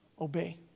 obey